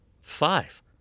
Five